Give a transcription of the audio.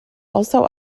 also